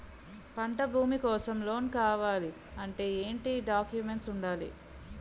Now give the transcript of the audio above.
పంట భూమి కోసం లోన్ కావాలి అంటే ఏంటి డాక్యుమెంట్స్ ఉండాలి?